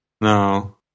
No